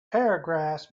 paragraphs